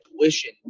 tuition